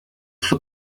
suo